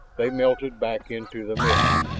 they melted back into the mists.